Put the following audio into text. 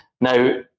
Now